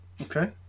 Okay